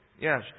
Yes